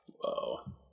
Whoa